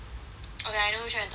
okay I know which one you talking about